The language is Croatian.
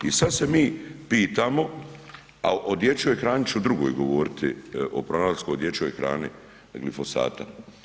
I sad se mi pitamo, a o dječjoj hrani ću drugoj govoriti, o pronalasku u dječjoj hrani glifosata.